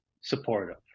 supportive